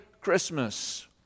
Christmas